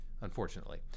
Unfortunately